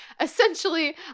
Essentially